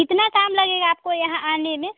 कितना टाइम लगेगा आपको यहाँ आने में